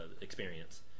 experience